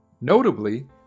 Notably